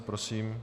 Prosím.